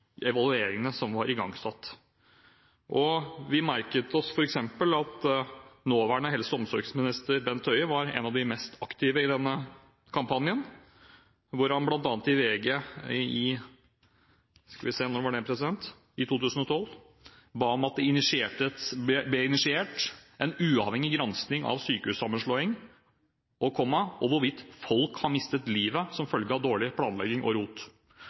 evalueringene som var igangsatt. Vi merket oss f.eks. at nåværende helse- og omsorgsminister Bent Høie var en av de mest aktive i denne kampanjen, hvor han bl.a. i VG i 2012 ba om at det ble initiert «en uavhengig granskning av sykehussammenslåingen, og hvorvidt folk har mistet livet som følge av dårlig planlegging og rot».